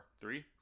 Three